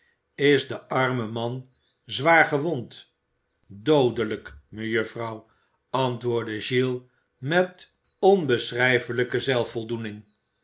is de arme man zwaar gewond doodelijk mejuffrouw antwoordde oiles met onbeschrijfelijke